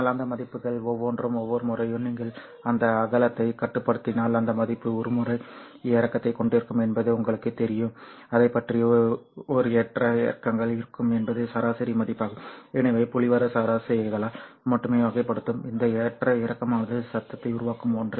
ஆனால் அந்த மதிப்புகள் ஒவ்வொன்றும் ஒவ்வொரு முறையும் நீங்கள் அதன் அகலத்தை கட்டுப்படுத்தினால் அந்த மதிப்பு ஒரு ஏற்ற இறக்கத்தைக் கொண்டிருக்கும் என்பது உங்களுக்குத் தெரியும் அதைப் பற்றி ஒரு ஏற்ற இறக்கங்கள் இருக்கும் என்பது சராசரி மதிப்பாகும் எனவே புள்ளிவிவர சராசரிகளால் மட்டுமே வகைப்படுத்தப்படும் இந்த ஏற்ற இறக்கமானது சத்தத்தை உருவாக்கும் ஒன்று